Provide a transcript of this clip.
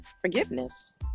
forgiveness